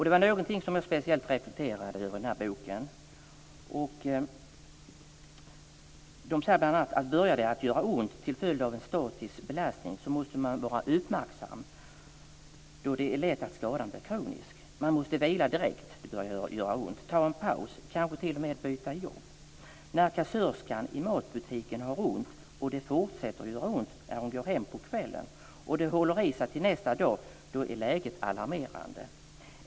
Det var någonting som jag speciellt reflekterade över i boken, nämligen att om det börjar att göra ont till följd av en statisk belastning måste man vara uppmärksam, då det är lätt att skadan blir kronisk. Direkt när det börjar att göra ont måste man vila, ta en paus eller kanske t.o.m. byta jobb. När kassörskan i matbutiken har ont och det fortsätter att göra ont när hon går hem på kvällen och smärtan håller i sig till nästa dag, då är läget alarmerande.